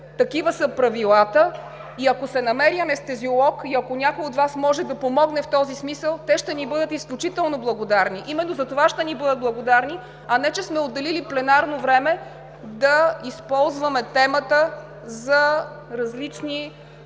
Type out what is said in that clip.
такива са правилата. Ако се намери анестезиолог и ако някой от Вас може да помогне в този смисъл (реплики от „БСП за България“), те ще ни бъдат изключително благодарни. Именно затова ще ни бъдат благодарни, а не, че сме отделили пленарно време да използваме темата за различни